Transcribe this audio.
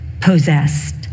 possessed